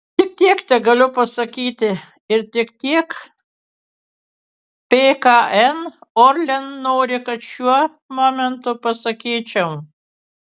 tik tiek tegaliu pasakyti ir tik tiek pkn orlen nori kad šiuo momentu pasakyčiau